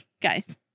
guys